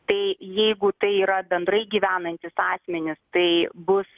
tai jeigu tai yra bendrai gyvenantys asmenys tai bus